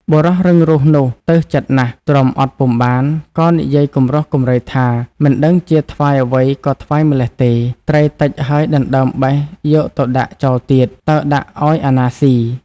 បុរសរឹងរូសនោះទើសចិត្តណាស់ ទ្រាំអត់ពុំបាន ក៏និយាយគំរោះគំរើយថា "មិនដឹងជាថ្វាយអ្វីក៏ថ្វាយម្ល៉េះទេ! ត្រីតិចហើយដណ្តើមបេះយកទៅដាក់ចោលទៀត តើដាក់ឲ្យអាណាស៊ី!"។